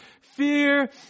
fear